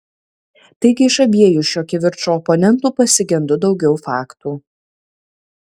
taigi iš abiejų šio kivirčo oponentų pasigendu daugiau faktų